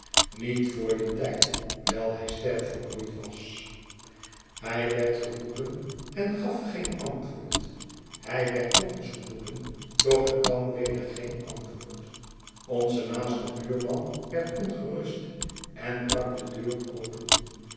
niet voor dien tijd wijl hij sterk vermoeid was h'y w e r d geroepen en gaf geen antwoord hij werd nog eens geroepen doch er kwam weder geen antwoord onze naaste buurman werd ongerust en brak de deur open